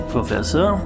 Professor